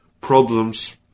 problems